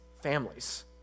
families